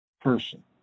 person